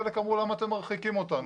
חלק אמרו: למה אתם מרחיקים אותנו?